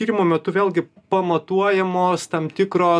tyrimo metu vėlgi pamatuojamos tam tikros